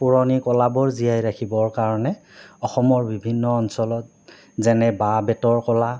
পুৰণি কলাবোৰ জীয়াই ৰাখিবৰ কাৰণে অসমৰ বিভিন্ন অঞ্চলত যেনে বাঁহ বেতৰ কলা